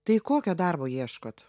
tai kokio darbo ieškot